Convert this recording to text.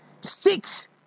six